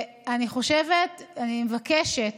אני מבקשת